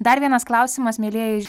dar vienas klausimas mielieji